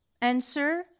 answer